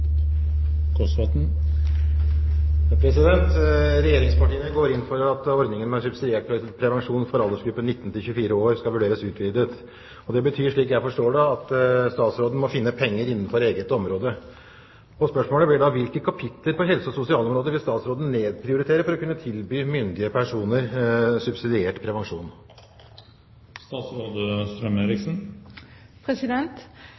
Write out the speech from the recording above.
Regjeringspartiene går inn for at ordningen med subsidiert prevensjon for aldersgruppen 19–24 år skal vurderes utvidet. Det betyr, slik jeg forstår det, at statsråden må finne penger innenfor eget område. Spørsmålet blir da: Hvilke kapitler på helse- og sosialområdet vil statsråden nedprioritere for å kunne tilby myndige personer subsidiert